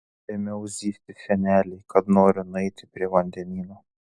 ėmiau zyzti senelei kad noriu nueiti prie vandenyno